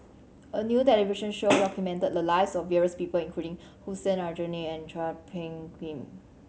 a new television show documented the lives of various people including Hussein Aljunied and Chua Phung Kim